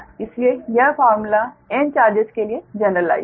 इसलिए यह formula n charges के लिए जनरलाइज़ हैं